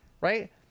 right